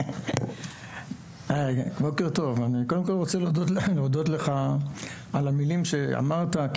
אני קודם כל רוצה להודות לך על המלים שאמרת.